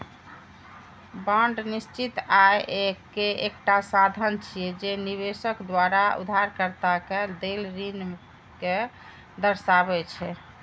bond निश्चित आय के एकटा साधन छियै, जे निवेशक द्वारा उधारकर्ता कें देल ऋण कें दर्शाबै छै